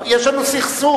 יש לנו סכסוך,